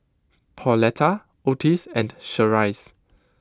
Pauletta Ottis and Cherise